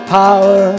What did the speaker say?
power